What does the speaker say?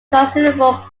considerable